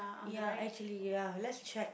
ya actually ya let's check